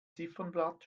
ziffernblatt